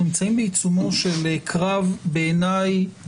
אנחנו נמצאים בעיצומו של קרב בעיניי